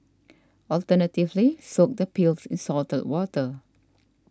alternatively soak the peels in salted water